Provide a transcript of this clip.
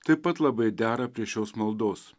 taip pat labai dera prie šios maldos